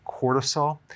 cortisol